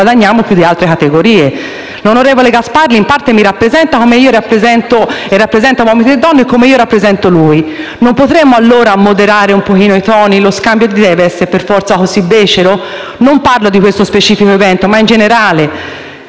Non potremmo allora moderare un pochino i toni? Lo scambio di idee deve essere per forza così becero? E parlo non dello specifico evento che ho prima